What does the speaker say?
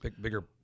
bigger